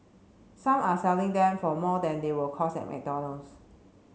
some are selling them for more than they will cost at McDonald's